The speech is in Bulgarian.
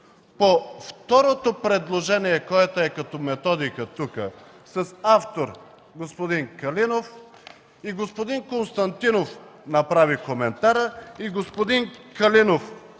по второто предложение, което е тук като методика, с автор господин Калинов – и господин Константинов направи коментара, и господин Калинов